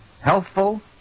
Healthful